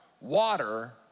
water